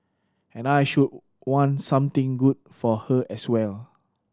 and I should want something good for her as well